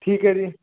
ਠੀਕ ਹੈ ਜੀ